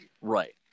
Right